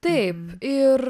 taip ir